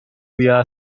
via